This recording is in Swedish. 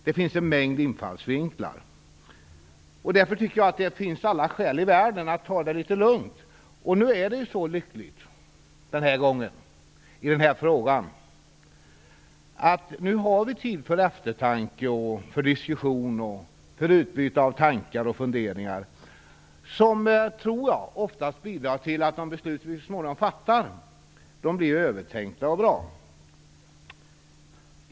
Det finns en mängd infallsvinklar. Därför finns det, tycker jag, alla skäl i världen att ta det litet lugnt. Nu är det så lyckligt den här gången att vi i den här frågan faktiskt har tid för eftertanke, diskussion och utbyte av tankar och funderingar. Det tror jag oftast bidrar till att de beslut vi så småningom fattar blir övertänkta och bra.